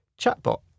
chatbot